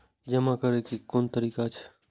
जमा करै के कोन तरीका छै?